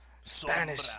Spanish